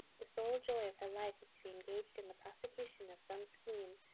the sole joy of her life is to be engaged in the prosecution of some scheme,